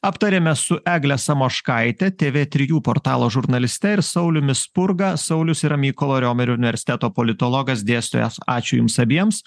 aptarėme su egle samoškaite tv trijų portalo žurnaliste ir sauliumi spurga saulius yra mykolo romerio universiteto politologas dėstytojas ačiū jums abiems